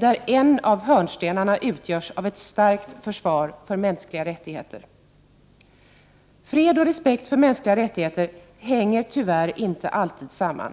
där en av hörnstenarna utgörs av ett starkt försvar för mänskliga rättigheter. Fred och respekt för mänskliga rättigheter hänger tyvärr inte alltid samman.